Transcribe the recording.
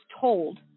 told